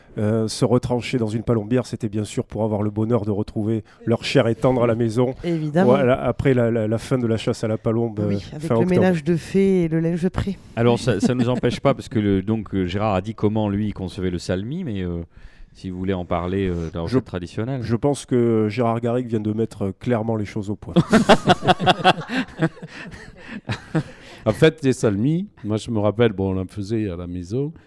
Euh, se retranchaient dans une palombière, c'était bien sûr pour avoir le bonheur de retrouver leur chair et tendre à la maison. Oui, évidemment. Voilà, après la- la- la fin de la chasse à la palombe, Oui, euh, avec fin le octobre. ménage de fées et le linge de prêt. Alors, ça- ça nous empêche pas, parce que le- donc, euh, Gérard a dit comment lui concevait le salmi, mais, euh, si vous voulez en parler, euh, dans Je- cette traditionnelle. je pense que Gérard Garrigue vient de mettre clairement les choses au point. En fait, les salmis, moi, je me rappelle, bon, on en faisait à la maison.